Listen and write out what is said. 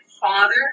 father